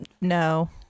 no